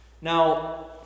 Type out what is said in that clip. Now